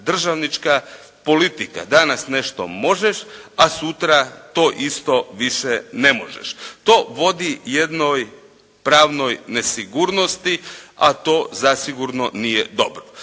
državnička politika, danas nešto možeš a sutra to isto više ne možeš. To vodi jednoj pravno nesigurnosti a to zasigurno nije dobro.